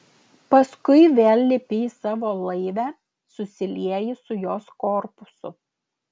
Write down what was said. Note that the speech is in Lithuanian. paskui vėl lipi į savo laivę susilieji su jos korpusu